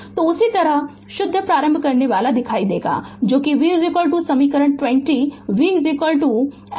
तो यह उसी तरह से शुद्ध प्रारंभ करनेवाला दिखाई देगा जो कि v समीकरण 20 v L didt है